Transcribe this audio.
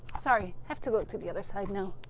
sorry, have to go to the other side now.